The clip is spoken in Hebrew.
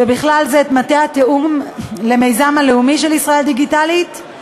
ובכלל זה מטה התיאום למיזם הלאומי "ישראל דיגיטלית",